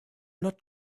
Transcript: not